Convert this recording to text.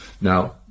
Now